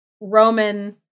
roman